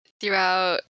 Throughout